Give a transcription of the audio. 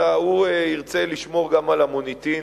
אלא הוא ירצה לשמור גם על המוניטין